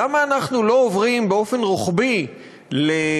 למה אנחנו לא עוברים באופן רוחבי לאפשרות